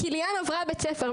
כי ליאם עברה בית ספר.